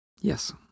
Yes